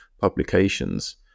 publications